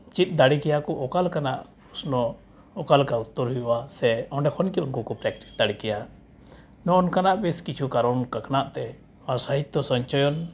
ᱪᱮᱫ ᱫᱟᱲᱮᱠᱮᱭᱟ ᱠᱚ ᱚᱠᱟ ᱞᱮᱠᱟᱱᱟᱜ ᱯᱨᱚᱥᱱᱚ ᱚᱠᱟ ᱞᱮᱠᱟ ᱩᱛᱛᱚᱨ ᱦᱩᱭᱩᱜᱼᱟ ᱥᱮ ᱚᱸᱰᱮ ᱠᱷᱚᱱᱜᱮ ᱩᱱᱠᱩ ᱠᱚ ᱯᱨᱮᱠᱴᱤᱥ ᱫᱟᱲᱮ ᱠᱮᱭᱟ ᱱᱚᱜᱼᱚ ᱱᱚᱝᱠᱟᱱᱟᱜ ᱵᱮᱥᱠᱤᱪᱷᱩ ᱠᱟᱨᱚᱱ ᱠᱟᱠᱷᱱᱟᱜᱛᱮ ᱥᱟᱦᱤᱛᱛᱚ ᱥᱚᱧᱪᱚᱭᱚᱱ